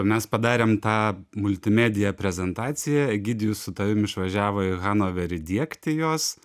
mes padarėm tą multimedija prezentaciją egidijus su tavim išvažiavo į hanoverį diegti jos